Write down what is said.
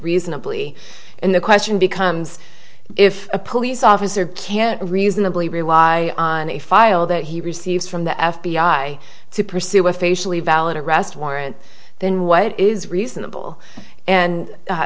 reasonably in the question becomes if a police officer can't reasonably rely on a file that he receives from the f b i to pursue a facially valid arrest warrant then what is reasonable and